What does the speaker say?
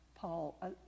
Paul